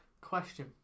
Question